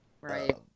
Right